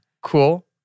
Cool